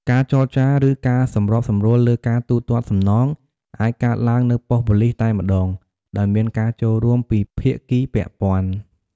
ការចរចា ឬការសម្របសម្រួលលើការទូទាត់សំណងអាចកើតឡើងនៅប៉ុស្តិ៍ប៉ូលិសតែម្តង ដោយមានការចូលរួមពីភាគីពាក់ព័ន្ធ។